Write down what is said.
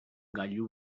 gailu